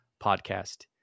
podcast